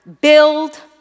build